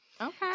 Okay